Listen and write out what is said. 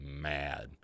mad